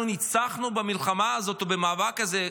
ניצחנו במלחמה הזאת או במאבק הזה?